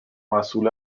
مسئول